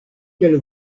qu’elle